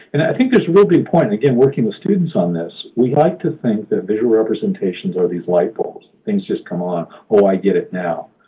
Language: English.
and i think there's a real good point. again, working with students on this, we like to think that visual representations are these light bulbs? things just come on? oh, i get it now.